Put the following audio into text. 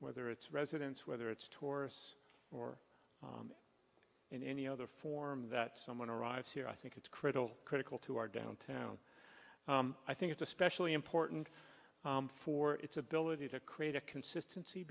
whether it's residents whether it's tourists or in any other form that someone arrives here i think it's critical critical to our downtown i think it's especially important for its ability to create a consistency